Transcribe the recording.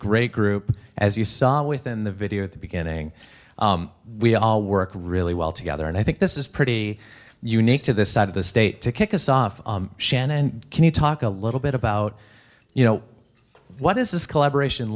great group as you saw within the video at the beginning we all work really well together and i think this is pretty unique to this side of the state to kick us off shannon can you talk a little bit about you know what is this collaboration